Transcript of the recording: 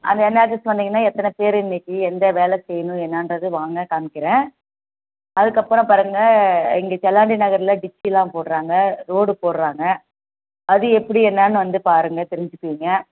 அந்த என் ஆஃபீஸ் வந்திங்கன்னா எத்தனை பேர் இன்னைக்கு எந்த வேலை செய்யணும் என்னான்றது வாங்க காமிக்கிறேன் அதுக்கப்புறம் பாருங்கள் இங்கே செல்லாண்டி நகரில் டிப்ஸிலான் போட்றாங்க ரோடு போட்றாங்க அது எப்படி என்னான்னு வந்து பாருங்கள் தெரிஞ்சிப்பிங்க